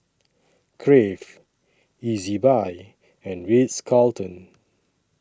Crave Ezbuy and Ritz Carlton